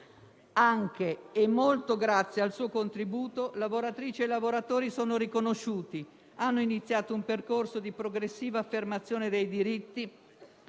anche e molto grazie al suo contributo, lavoratrici e lavoratori sono riconosciuti, hanno iniziato un percorso di progressiva affermazione dei diritti